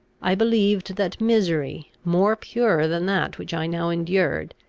i believed that misery, more pure than that which i now endured,